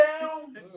down